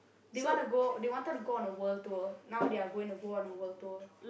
they wanna go they wanted to go on a world tour now they're going go on a world tour